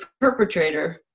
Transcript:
perpetrator